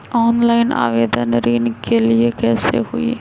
Online आवेदन ऋन के लिए कैसे हुई?